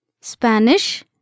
Spanish